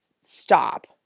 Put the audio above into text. stop